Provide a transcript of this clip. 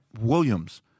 Williams